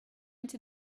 into